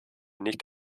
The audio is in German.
nicht